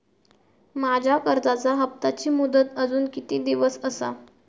माझ्या कर्जाचा हप्ताची मुदत अजून किती दिवस असा?